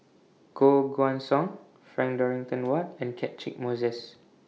Koh Guan Song Frank Dorrington Ward and Catchick Moses